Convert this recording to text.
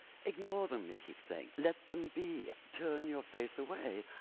ignore them, it keeps saying, let them be, turn your face away,